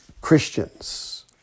Christians